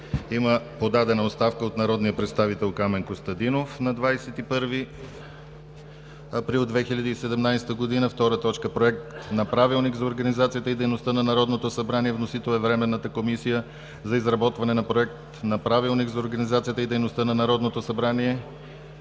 Има подадена оставка от народния представител Камен Костадинов на 21 април 2017 г. 2. Проект на Правилник за организацията и дейността на Народното събрание. Вносител е Временната комисия за изработване на проект на Правилник за организацията и дейността на Народното събрание